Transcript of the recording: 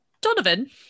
Donovan